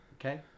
okay